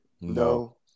No